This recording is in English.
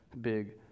big